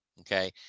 Okay